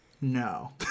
No